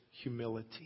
humility